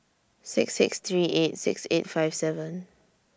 six six three eight six eight five seven